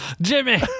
Jimmy